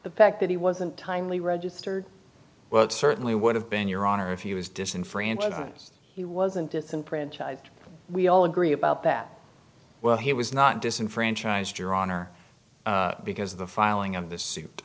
the fact that he wasn't timely registered well it certainly would have been your honor if he was disenfranchised he wasn't disenfranchised we all agree about that well he was not disenfranchised your honor because the filing of the s